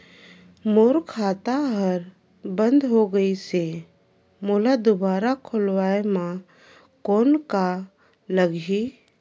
मोर खाता हर बंद हो गाईस है ओला दुबारा खोलवाय म कौन का लगही?